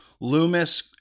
Loomis